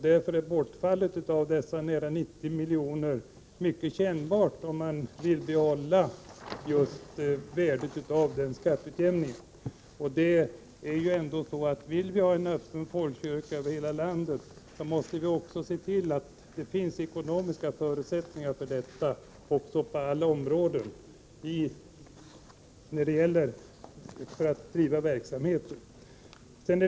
Därför är bortfallet av dessa 90 milj.kr. mycket kännbart, om man vill behålla värdet av skatteutjämningen. Vill vi ha en öppen folkkyrka över hela landet, måste vi också se till att det finns ekonomiska förutsättningar för detta på alla områden när det gäller att driva verksamheten.